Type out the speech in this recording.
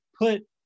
put